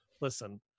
listen